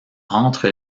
entre